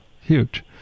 huge